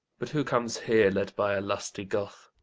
but who comes here, led by a lusty goth?